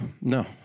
No